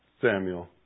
Samuel